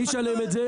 מי ישלם את זה?